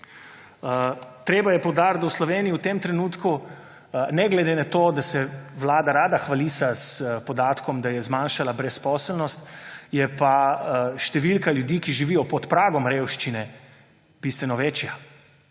Treba je poudariti, da je v Sloveniji v tem trenutku ne glede na to, da se Vlada rada hvalisa s podatkom, da je zmanjšala brezposelnost, številka ljudi, ki živijo pod pragom revščine, bistveno večja.